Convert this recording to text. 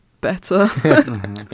better